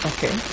Okay